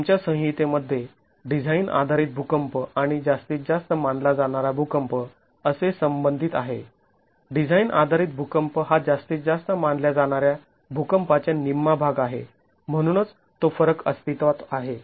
आमच्या संहितेमध्ये डिझाईन आधारित भूकंप आणि जास्तीत जास्त मानला जाणारा भूकंप असे संबंधित आहेत डिझाईन आधारित भूकंप हा जास्तीत जास्त मानल्या जाणाऱ्या भुकंपाच्या निम्मा भाग आहे म्हणूनच तो फरक अस्तित्वात आहे